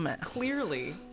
clearly